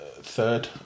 third